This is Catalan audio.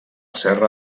serra